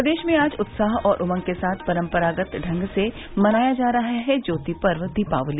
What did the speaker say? प्रदेश में आज उत्साह और उमंग के साथ परम्परागत ढंग से मनाया जा रहा है ज्योतिपर्व दीपावली